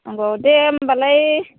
नंगौ दे होमबालाय